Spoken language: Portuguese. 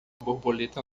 borboleta